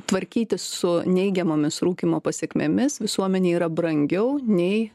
tvarkytis su neigiamomis rūkymo pasekmėmis visuomenėj yra brangiau nei